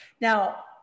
Now